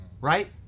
right